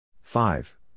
five